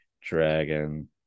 dragon